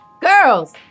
Girls